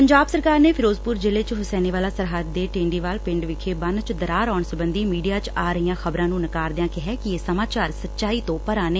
ਪੰਜਾਬ ਸਰਕਾਰ ਨੇ ਫਿਰੋਜ਼ਪੁਰ ਜ਼ਿਲ਼ੇ ਚ ਹੁਸੈਨੀਵਾਲਾ ਸਰਹੱਦ ਤੇ ਟੇਂਡੀਵਾਲਾ ਪੰਡ ਵਿਖੇ ਬੰਨੂ ਚ ਦਰਾਰ ਆਉਣ ਸਬੰਧੀ ਮੀਡੀਆ ਚ ਆ ਰਹੀਆਂ ਖ਼ਬਰਾਂ ਨੂੰ ਨਕਾਰਦਿਆਂ ਕਿਹੈ ਕਿ ਇਹ ਸਮਾਚਾਰ ਸਚਾਈ ਤੋਂ ਪਰਾਂ ਨੇ